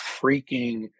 freaking